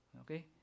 Okay